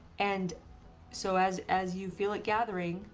and so as as you feel it gathering,